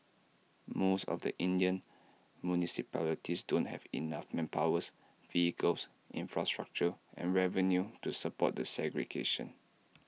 most of the Indian municipalities don't have enough manpower vehicles infrastructure and revenue to support the segregation